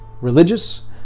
religious